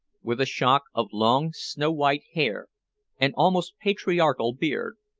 with a shock of long snow-white hair and almost patriarchal beard,